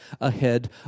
ahead